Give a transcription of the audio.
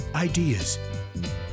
ideas